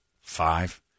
five